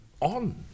on